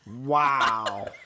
Wow